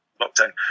lockdown